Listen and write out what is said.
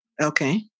Okay